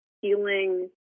healing